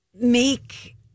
make